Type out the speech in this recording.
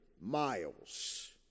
miles